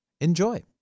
Enjoy